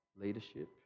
leadership